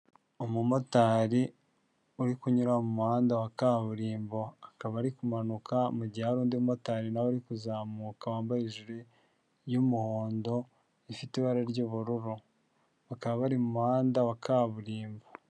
Umumotari uri kunyura mu muhanda wa kaburimbo akaba ari kumanuka mu gihe hari ari undi motari nawe ari kuzamuka wambaye ijiriy'umuhondo rifite ibara ry'ubururu bakaba bari mu muhanda wa kaburimbo.